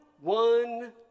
one